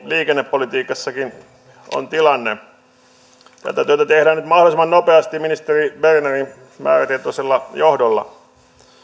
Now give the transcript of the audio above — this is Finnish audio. liikennepolitiikassakin on se tilanne tätä työtä tehdään nyt mahdollisimman nopeasti ministeri bernerin määrätietoisella johdolla